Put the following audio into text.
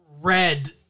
red